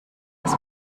das